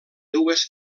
dues